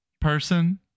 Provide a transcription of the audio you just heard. person